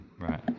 Right